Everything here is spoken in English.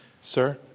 Sir